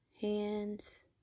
hands